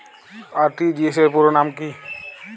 RTGS পুরো নাম কি?